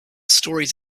stories